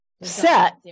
set